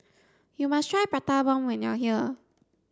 you must try prata bomb when you are here